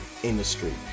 industry